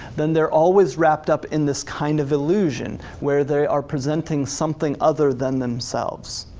then they're always wrapped up in this kind of illusion where they are presenting something other than themselves.